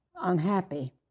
unhappy